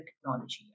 technology